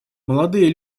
молодые